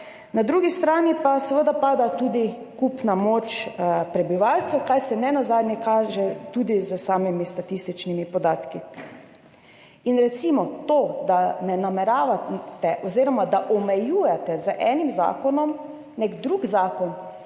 Na drugi strani pa seveda pada tudi kupna moč prebivalcev, kar se nenazadnje kaže tudi s samimi statističnimi podatki. Recimo to, da ne nameravate oziroma da omejujete z enim zakonom nek drug zakon,